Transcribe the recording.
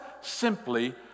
simply